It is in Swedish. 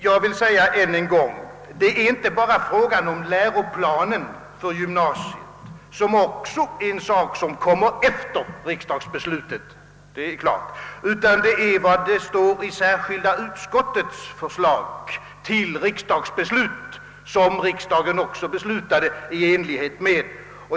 Jag upprepar än en gång, att det inte bara är fråga om vad som står i läroplanen för gymnasiet, vilken givetvis skrevs efter riksdagsbeslutet, utan även om vad särskilda utskottet uttalade i det utlåtande, varpå riksdagsbeslutet grundades.